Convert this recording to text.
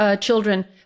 children